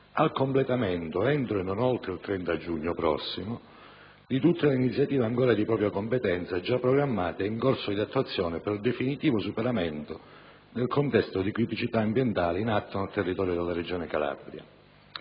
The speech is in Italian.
al completamento, entro e non oltre il 30 giugno prossimo, di tutte le iniziative ancora di propria competenza già programmate ed in corso di attuazione per il definitivo superamento del contesto di criticità ambientale in atto nel territorio della Regione Calabria.